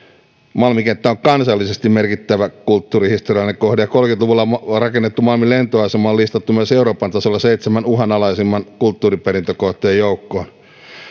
malmin kenttä on kansallisesti merkittävä kulttuurihistoriallinen kohde ja kolmekymmentä luvulla rakennettu malmin lentoasema on listattu myös euroopan tasolla seitsemän uhanalaisimman kulttuuriperintökohteen joukkoon